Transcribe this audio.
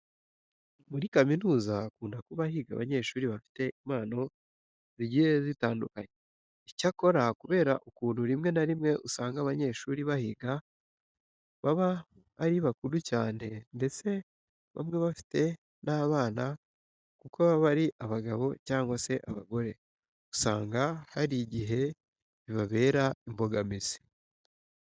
Muri kaminuza hakunda kuba higa abanyeshuri bafite impano zigiye zitandukanye. Icyakora kubera ukuntu rimwe na rimwe usanga abanyeshuri bahiga baba ari bakuru cyane ndetse bamwe bafite n'abana kuko baba ari abagabo cyangwa se abagore, usanga hari igihe bibabera imbogamizi.